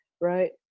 right